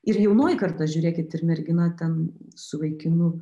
ir jaunoji karta žiūrėkit ir mergina ten su vaikinu